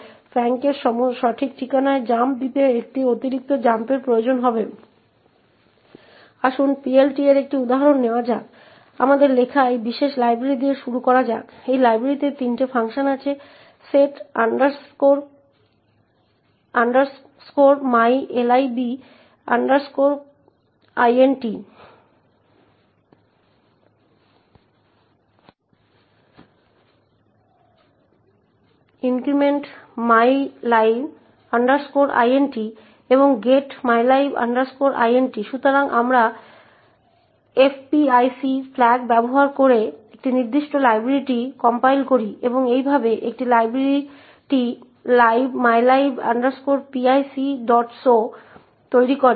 তো চলুন এখানে দেখা একটি অক্ষরের সাথে মিলে যায় বা তাই এটি 4টি অক্ষর যা এটি দ্বারা প্রিন্ট হয় তাই এই বাইটের প্রতিটির জন্য একটি করে তারপর এখানে একটি স্পেস আছে তাই পাঁচটি এবং আরেকটি স্পেস এখানে ছয় প্লাস 54 তাই মোট ষাটটি অক্ষর প্রিন্ট হয়